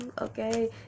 okay